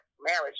marriage